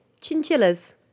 chinchillas